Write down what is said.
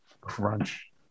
Crunch